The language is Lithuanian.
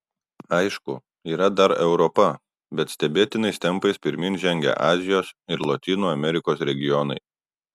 aišku yra dar europa bet stebėtinais tempais pirmyn žengia azijos ir lotynų amerikos regionai